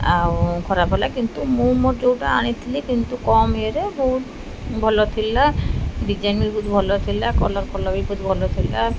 ଆଉ ଖରାପ ହେଲା କିନ୍ତୁ ମୁଁ ମୋ ଯେଉଁଟା ଆଣିଥିଲି କିନ୍ତୁ କମ୍ ଇଏରେ ବହୁତ ଭଲ ଥିଲା ଡିଜାଇନ୍ବି ବହୁତ ଭଲ ଥିଲା କଲର୍ ଫଲର୍ବି ବହୁତ ଭଲ ଥିଲା